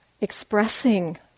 expressing